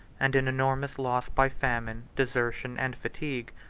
and an enormous loss by famine, desertion and fatigue,